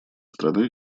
страны